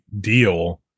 deal